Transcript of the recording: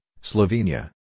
Slovenia